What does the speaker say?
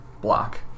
block